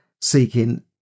seeking